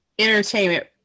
entertainment